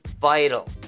vital